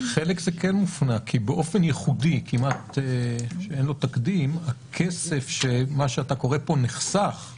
חלק כן הופנה כי באופן ייחודי שאין לו כמעט תקדים הכסף שנחסך פה